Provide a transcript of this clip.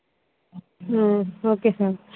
okay sir